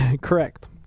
Correct